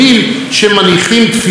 לעיתים על יד מקועקעת,